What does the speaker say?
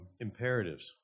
imperatives